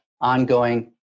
ongoing